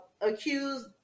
accused